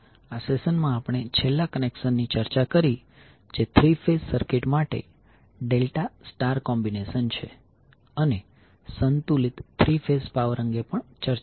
આ સેશનમાં આપણે છેલ્લા કનેક્શનની ચર્ચા કરી જે થ્રી ફેઝ સર્કિટ માટે ડેલ્ટા સ્ટાર કોમ્બીનેશન છે અને સંતુલિત થ્રી ફેઝ પાવર અંગે પણ ચર્ચા કરી